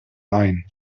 ein